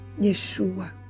Yeshua